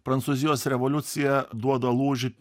prancūzijos revoliucija duoda lūžį